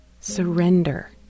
surrender